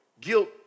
Guilt